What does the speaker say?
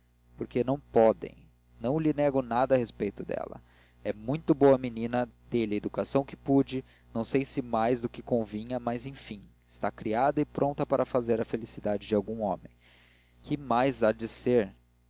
porque não podem não lhe nego nada a respeito dela é muito boa menina dei-lhe a educação que pude não sei se mais do que convinha mas enfim está criada e pronta para fazer a felicidade de algum homem que mais há de ser